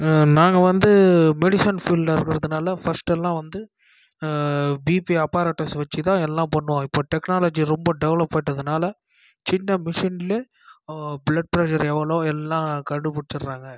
நாங்கள் வந்து மெடிசன் ஃபீல்டில் இருக்கிறதுனால ஃபஸ்ட்டெல்லாம் வந்து பிபி அப்பாரடாஸ் வச்சுதான் எல்லாம் பண்ணுவோம் இப்போ டெக்னாலஜி ரொம்ப டெவலப் ஆகிட்டதனால சின்ன மிஷினிலே ப்ளட் ப்ரஷர் எவ்வளோ எல்லாம் கண்டு பிடிச்சிடுறாங்க